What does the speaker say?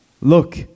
Look